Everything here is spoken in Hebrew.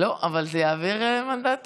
לא, אבל זה יעביר מנדטים